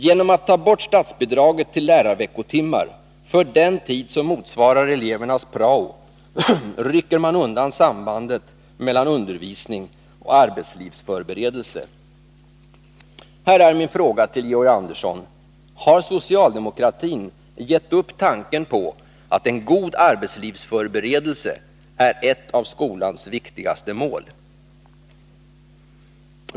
Genom att ta bort statsbidraget till lärarveckotimmar för den tid som motsvarar elevernas prao rycker man undan sambandet mellan undervisning och arbetslivsförberedelse. Här är min fråga till Georg Andersson: Har socialdemokratin gett upp tanken att en god arbetslivsförberedelse är ett av skolans viktigaste mål?